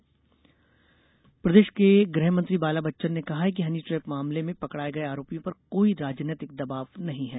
गृहमंत्री बयान प्रदेश के गृह मंत्री बाला बच्चन ने कहा है कि हनी ट्रैप मामले में पकडाये गये आरोपियों पर कोई राजनैतिक दबाब नहीं है